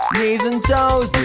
knees and toes